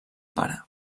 pare